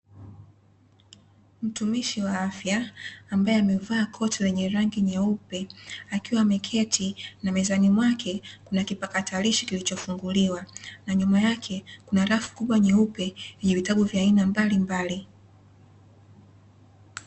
Mtumishi wa afya ambaye amevaa koti lenye rangi nyeupe, akiwa ameketi na mezani mwake na kipatalishi kilichofunguliwa. Na nyuma yake kuna rafu kubwa nyeupe yenye vitabu vya aina mbalimbali.